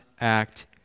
act